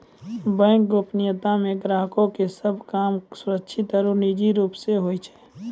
bank गोपनीयता मे ग्राहको के सभ काम सुरक्षित आरु निजी रूप से होय छै